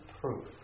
proof